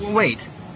wait